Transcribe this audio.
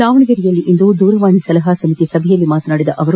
ದಾವಣಗೆರೆಯಲ್ಲಿಂದು ದೂರವಾಣಿ ಸಲಹಾ ಸಮಿತಿಯ ಸಭೆಯಲ್ಲಿ ಮಾತನಾದಿದ ಅವರು